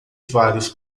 vários